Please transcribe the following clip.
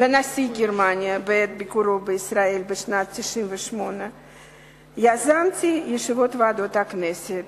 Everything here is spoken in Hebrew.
לנשיא גרמניה בעת ביקורו בישראל בשנת 1998. יזמתי ישיבות בוועדות הכנסת.